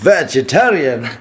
Vegetarian